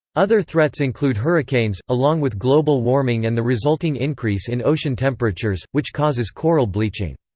other threats include hurricanes along with global warming and the resulting increase in ocean temperatures, which causes coral bleaching.